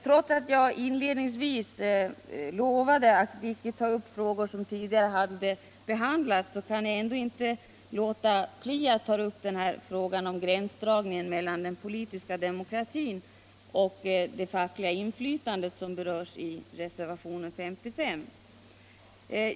Trots att jag inledningsvis lovade att inte ta upp frågor som tidigare behandlats kan jag inte låta bli att beröra frågan om gränsdragning mellan den politiska demokratin och det fackliga inflytandet, som berörs i reservationen 55.